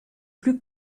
plus